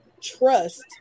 trust